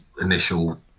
initial